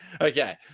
Okay